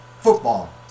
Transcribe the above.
football